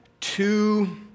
two